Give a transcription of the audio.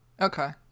Okay